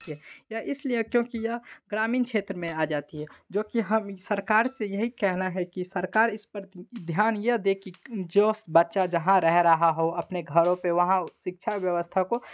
या इसलिए क्योंकि यह ग्रामीण क्षेत्र में आ जाती है जो कि हम सरकार से यही कहना है कि सरकार इस पर ध्यान यह दे कि जो बच्चा जहाँ रह रहा हो अपने घरों पे वहाँ शिक्षा व्यवस्था को